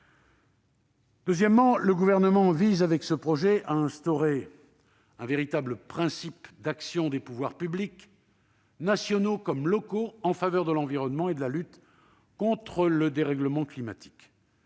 Ensuite, le Gouvernement vise, avec ce projet, à instaurer un véritable principe d'action des pouvoirs publics, nationaux comme locaux, en faveur de l'environnement et de la lutte contre le dérèglement climatique.